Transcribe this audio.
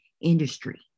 industry